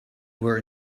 were